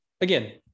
again